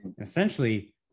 Essentially